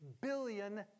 billion